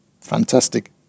Fantastic